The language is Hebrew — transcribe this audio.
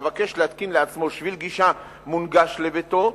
מבקש להתקין לעצמו שביל גישה מונגש לביתו,